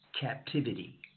captivity